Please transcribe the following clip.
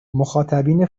مخاطبین